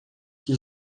que